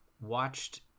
watched